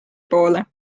poole